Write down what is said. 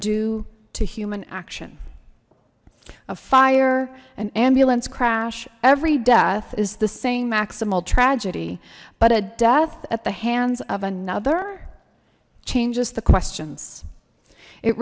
due to human action a fire an ambulance crash every death is the same maximal tragedy but a death at the hands of another changes the questions it